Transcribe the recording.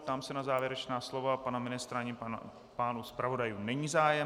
Ptám se na závěrečná slova, u pana ministra ani u pánů zpravodajů není zájem.